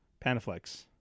Panaflex